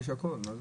יש הכול.